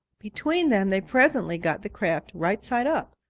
between them they presently got the craft right side up.